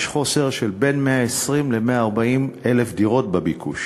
יש חוסר של 120,000 140,000 דירות בביקוש.